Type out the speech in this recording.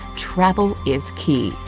travel is key.